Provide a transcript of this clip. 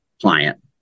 client